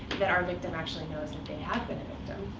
that our victim actually knows that they have been a victim.